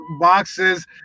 boxes